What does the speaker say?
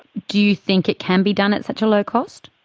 do you think it can be done at such a low cost?